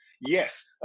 yes